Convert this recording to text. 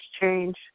change